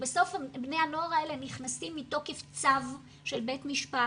בסוף בני הנוער האלה נכנסים מתוקף צו של בית משפט,